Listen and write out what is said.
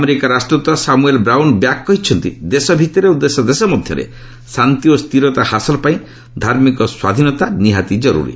America ରାଷ୍ଟ୍ରଦୂତ Samuel Brownback କହିଛନ୍ତି ଦେଶ ଭିତରେ ଓ ଦେଶ ଦେଶ ମଧ୍ୟରେ ଶାନ୍ତି ଓ ସ୍ଥିରତା ହାସଲ ପାଇଁ ଧାର୍ମିକ ସ୍ୱାଧୀନତା ନିହାତି ଜରୁରୀ